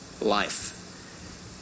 life